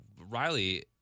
Riley